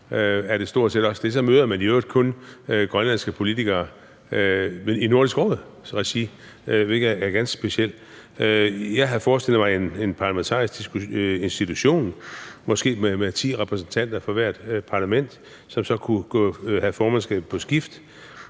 Så møder man i øvrigt kun grønlandske politikere i Nordisk Råds regi, hvilket er ganske specielt. Jeg havde forestillet mig en parlamentarisk institution med måske ti repræsentanter fra hvert parlament, som så kunne have formandskabet på skift